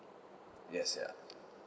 yes ya